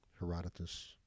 Herodotus